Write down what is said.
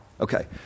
Okay